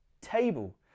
table